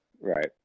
Right